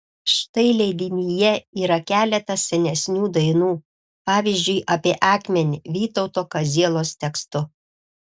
štai leidinyje yra keletas senesnių dainų pavyzdžiui apie akmenį vytauto kazielos tekstu